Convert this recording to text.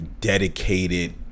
dedicated